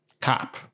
Cop